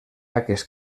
aquest